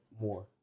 more